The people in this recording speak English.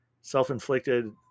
self-inflicted